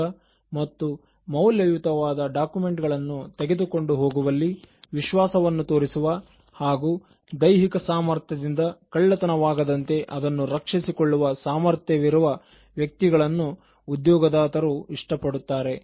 ಪ್ರಮುಖಮತ್ತು ಮೌಲ್ಯಯುತವಾದ ಡಾಕ್ಯುಮೆಂಟ್ ಗಳನ್ನು ತೆಗೆದುಕೊಂಡು ಹೋಗುವಲ್ಲಿ ವಿಶ್ವಾಸವನ್ನು ತೋರಿಸುವ ಹಾಗೂ ದೈಹಿಕ ಸಾಮರ್ಥ್ಯ ದಿಂದ ಕಳ್ಳತನ ವಾಗದಂತೆ ಅದನ್ನು ರಕ್ಷಿಸಿಕೊಳ್ಳುವ ಸಾಮರ್ಥ್ಯವಿರುವ ವ್ಯಕ್ತಿಗಳನ್ನು ಉದ್ಯೋಗದಾತರು ಇಷ್ಟಪಡುತ್ತಾರೆ